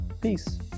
peace